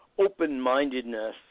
open-mindedness